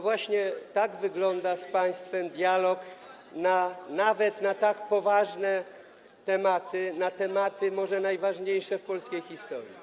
Właśnie tak wygląda z państwem dialog nawet na tak poważne tematy, na tematy może najważniejsze w polskiej historii.